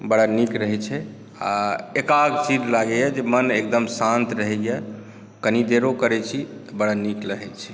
बड़ा नीक रहै छै आ एकाग्रचित्त लागैया जे मन एकदम शांत रहैया कनी देरो करै छी बड़ा नीक लगे छै